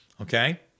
Okay